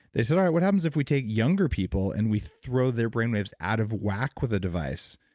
they said, all right. what happens if we take younger people and we throw their brainwaves out of whack with a device?